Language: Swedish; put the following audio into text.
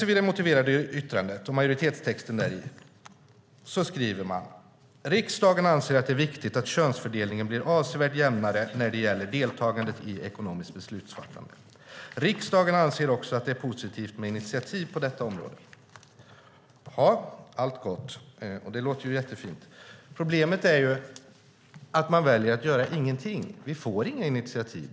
I det motiverade yttrandet och majoritetstexten däri skriver man: "Riksdagen anser att det är viktigt att könsfördelningen blir avsevärt jämnare när det gäller deltagandet i ekonomiskt beslutsfattande. Riksdagen anser också att det är positivt med initiativ på ett så viktigt område." Det låter jättefint. Problemet är att man väljer att göra ingenting. Vi får inga initiativ.